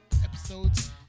episodes